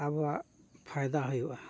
ᱟᱵᱚᱣᱟᱜ ᱯᱷᱟᱭᱫᱟ ᱦᱩᱭᱩᱜᱼᱟ